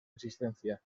existencia